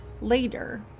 Later